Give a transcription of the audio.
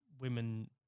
women